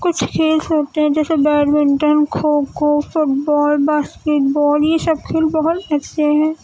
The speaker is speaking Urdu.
کچھ کھیل ہوتے ہیں جیسے badminton kho kho football basketball یہ سب کھیل بہت اچھے ہیں